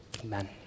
Amen